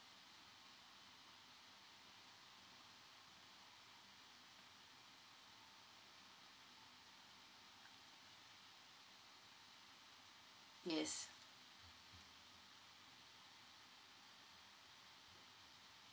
yes